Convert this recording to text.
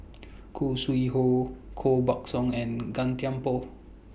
Khoo Sui Hoe Koh Buck Song and Gan Thiam Poh